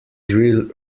drill